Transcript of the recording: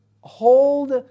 hold